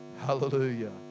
hallelujah